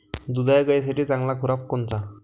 दुधाच्या गायीसाठी चांगला खुराक कोनचा?